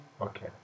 Okay